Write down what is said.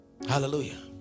Hallelujah